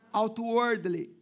outwardly